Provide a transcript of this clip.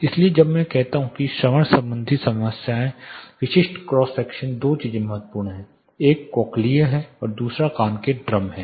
इसलिए जब मैं कहता हूं कि श्रवण संबंधी समस्या विशिष्ट क्रॉस सेक्शन दो चीजें महत्वपूर्ण हैं एक कोक्लीअ है दूसरे कान के ड्रम हैं